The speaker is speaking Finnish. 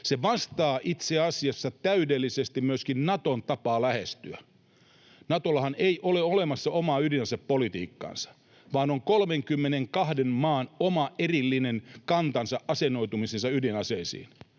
Se vastaa itse asiassa täydellisesti myöskin Naton tapaa lähestyä. Natollahan ei ole olemassa omaa ydinasepolitiikkaansa, vaan on 32 maan oma erillinen kantansa ja asennoitumisensa ydinaseisiin,